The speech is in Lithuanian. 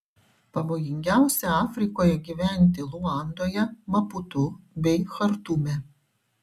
pavojingiausia afrikoje gyventi luandoje maputu bei chartume